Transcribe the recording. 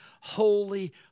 holy